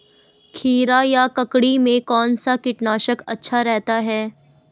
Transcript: खीरा या ककड़ी में कौन सा कीटनाशक अच्छा रहता है?